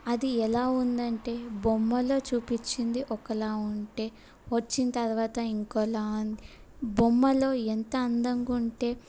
అది ఎలా ఉంది అంటే బొమ్మలో చూపించింది ఒకలాగా ఉంటే వచ్చిన తర్వాత ఇంకోలాగా ఉంది బొమ్మలో ఎంత అందంగా ఉంటే